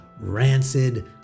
rancid